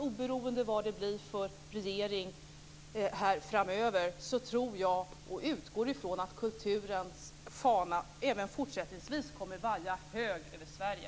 Oberoende av vad det blir för regering framöver tror jag och utgår från att kulturens fana även fortsättningsvis kommer att vaja högt över Sverige.